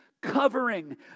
covering